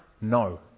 No